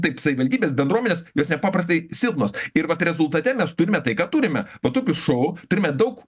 taip savivaldybės bendruomenės jos nepaprastai silpnos ir vat rezultate mes turime tai ką turime va tokius šou turime daug